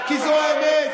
כי זו האמת,